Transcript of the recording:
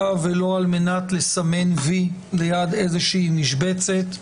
ולא על מנת לסמן וי ליד איזושהי משבצת.